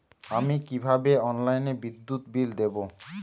আমি কিভাবে অনলাইনে বিদ্যুৎ বিল দেবো?